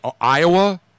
Iowa